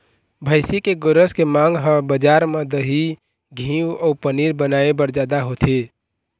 भइसी के गोरस के मांग ह बजार म दही, घींव अउ पनीर बनाए बर जादा होथे